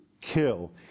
kill